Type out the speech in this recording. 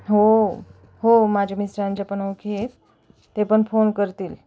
हो हो माझ्या मिस्टरांच्या पण ओळखी आहेत ते पण फोन करतील